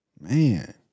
Man